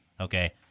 Okay